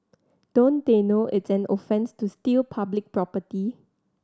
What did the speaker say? don't they know it's an offence to steal public property